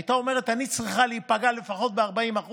היא הייתה אומרת: אני צריכה להיפגע לפחות ב-40%,